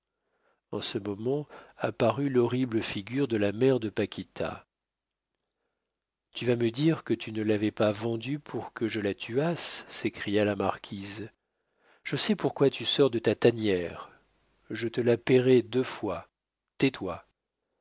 en ce moment apparut l'horrible figure de la mère de paquita tu vas me dire que tu ne l'avais pas vendue pour que je la tuasse s'écria la marquise je sais pourquoi tu sors de ta tanière je te la payerai deux fois tais-toi